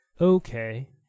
Okay